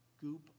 goop